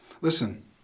Listen